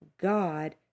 God